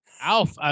Alf